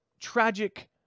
tragic